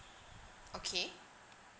okay